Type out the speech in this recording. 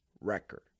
record